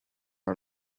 our